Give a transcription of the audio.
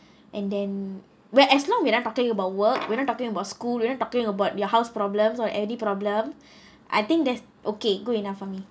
and then we're as long we not talking about work we're not talking about school we're not talking about your house problems or any problem I think that's okay good enough for me